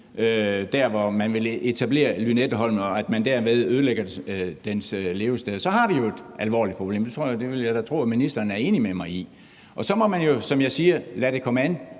der, hvor man vil etablere Lynetteholmen, og at man derved ødelægger dens levested, så har vi jo et alvorligt problem. Det vil jeg da tro at ministeren er enig med mig i. Og så må man jo, som jeg siger, lade det komme an